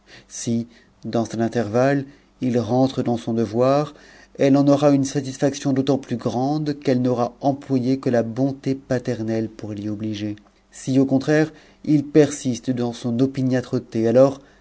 si dans cet intervalle il rentre dans son devoir elle en aura une satisfaction d'autant plus grande qn'dte n'aura employé que la bonté paternelle pour l'y obliger si au contraire il persiste dans son opiniâtreté alors